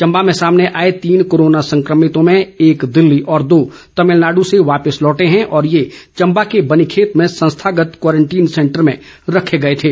चंबा में सामने आए तीन कोरोना संक्रमितों में एक दिल्ली और दो तामिलनाडू से वापिस लौटे हैं और ये चंबा को बनीखेत में संस्थागत क्वारंटीन सेंटर में रखे गए थे